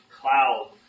cloud